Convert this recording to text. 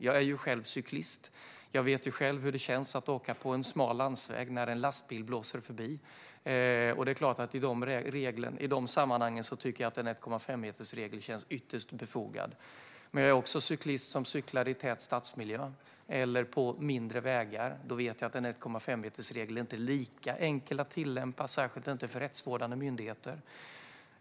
Jag är själv cyklist, och jag vet hur det känns att åka på en smal landsväg när en lastbil blåser förbi. Jag tycker såklart att i dessa sammanhang känns en 1,5-metersregel ytterst befogad. Men jag är också en cyklist som cyklar i tät stadsmiljö och på mindre vägar, och då vet jag att en 1,5metersregel inte är lika enkel att tillämpa - särskilt inte för rättsvårdande myndigheter.